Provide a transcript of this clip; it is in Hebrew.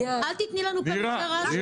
אל תתני לנו פירוש רש"י.